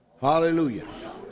Hallelujah